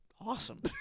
awesome